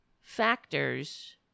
factors